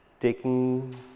taking